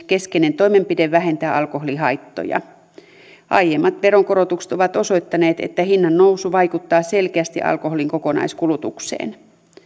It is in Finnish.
keskeinen toimenpide vähentää alkoholihaittoja aiemmat veronkorotukset ovat osoittaneet että hinnannousu vaikuttaa selkeästi alkoholin kokonaiskulutukseen